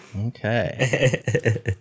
Okay